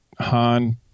Han